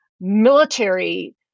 military